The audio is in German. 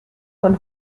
von